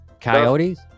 Coyotes